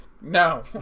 No